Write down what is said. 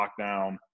lockdown